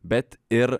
bet ir